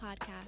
podcast